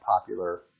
popular